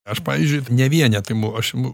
aš pavyzdžiui ne vienetą imu aš imu